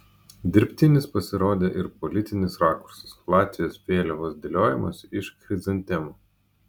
dirbtinis pasirodė ir politinis rakursas latvijos vėliavos dėliojimas iš chrizantemų